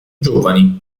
giovani